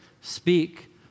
speak